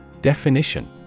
Definition